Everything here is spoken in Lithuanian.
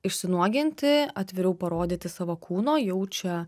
išsinuoginti atviriau parodyti savo kūno jaučia